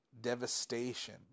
devastation